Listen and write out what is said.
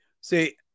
See